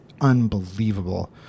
unbelievable